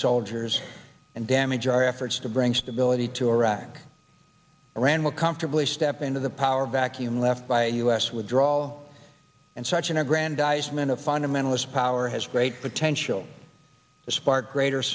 soldiers and damage our efforts to bring stability to iraq iran will comfortably step into the power vacuum left by a us withdrawal and such an aggrandizement a fundamentalist power has great potential to spark greater